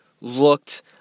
looked